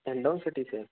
Hindaun city से